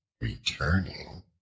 returning